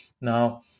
Now